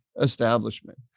establishment